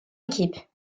équipes